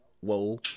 whoa